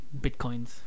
bitcoins